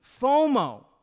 FOMO